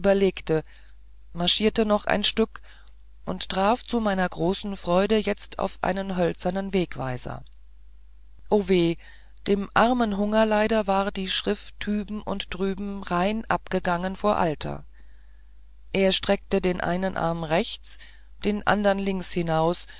marschierte noch ein stück und traf zu meiner großen freude jetzt auf einen hölzernen wegweiser o weh dem armen hungerleider war die schrift hüben und drüben rein abgegangen vor alter er streckte den einen arm rechts den andern links hinaus